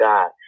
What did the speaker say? God